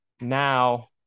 Now